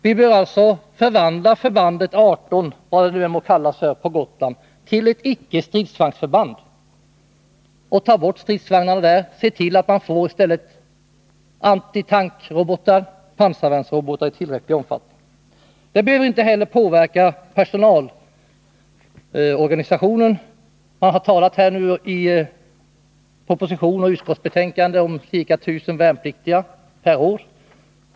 Vi bör alltså förvandla förbandet P 18 på Gotland till ett icke stridsvagnsförband och ta bort stridsvagnarna och se till att man i stället får antitankrobotar och pansarvärnsrobotar i tillräcklig omfattning. Detta behöver inte heller påverka personalorganisationen. Det talas i propositionen och utskottsbetänkandet om att grundutbildningen bör omfatta ca 1 000 värnpliktiga per år.